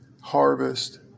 harvest